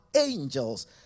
angels